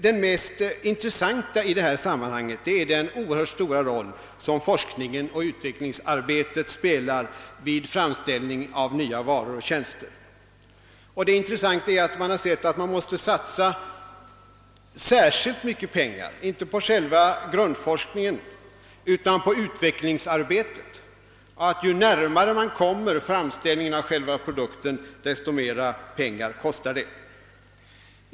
Det mest intressanta i detta sammanhang är den oerhört stora roll som forskningen och utvecklingsarbetet spelar vid framställning av nya varor och tjänster. Man har sett att man måste satsa särskilt mycket pengar på utvecklingsarbetet — inte bara på själva grundforskningen. Ju närmare man kommer framställningen av själva produkten, desto mera pengar kostar det.